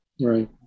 Right